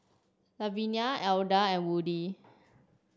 Lavenia Alda and Woody